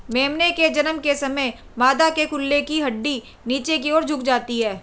मेमने के जन्म के समय मादा के कूल्हे की हड्डी नीचे की और झुक जाती है